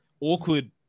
awkward